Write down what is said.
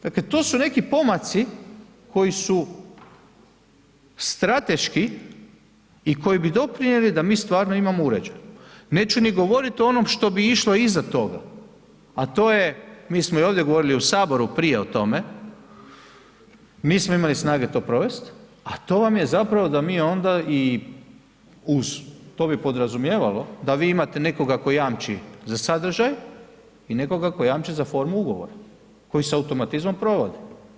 Dakle to su neki pomaci koji su strateški i koji bi doprinijeli da mi stvarno imamo uređeno, neću ni govorit o onome što bi išlo iza toga a to je, mi smo i ovdje govorili u Saboru prije o tome, nismo imali snage to provest a to vam je zapravo da mi onda i uz to bi podrazumijevalo da vi imate nekoga tko jamči za sadržaj i nekoga tko jamči za formu ugovora, koji se automatizmom provodi.